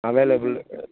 available